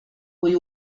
kui